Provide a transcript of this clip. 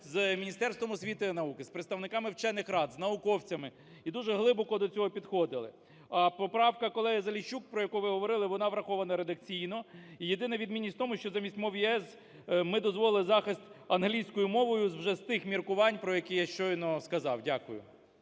з Міністерством освіти і науки, з представниками вчених рад, з науковцями і дуже глибоко до цього підходили. Поправка колегиЗаліщук, про яку ви говорили, вона врахована редакційно. Єдина відмінність в тому, що замість "мов ЄС", ми дозволили захист англійською мовою вже з тих міркувань, про які я щойно сказав. Дякую.